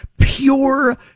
pure